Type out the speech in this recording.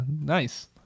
Nice